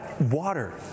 Water